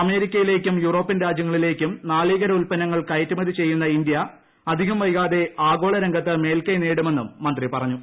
അമേരിക്കയിലേക്കും European രാജ്യങ്ങളിലേക്കും നാളികേര ഉത്പന്നങ്ങൾ കയറ്റുമതി ചെയ്യുന്ന ഇന്ത്യ അധികം വൈകാതെ ആഗോളരംഗത്ത് മേൽക്കൈ നേടുമെന്നും മന്ത്രി പറഞ്ഞു